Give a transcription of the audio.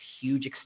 huge